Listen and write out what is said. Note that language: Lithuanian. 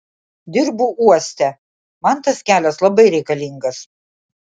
dirbu uoste man tas kelias labai reikalingas